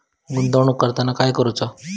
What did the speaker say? गुंतवणूक करताना काय करुचा?